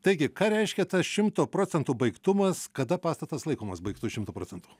taigi ką reiškia tas šimto procentų baigtumas kada pastatas laikomas baigtu šimtu procentų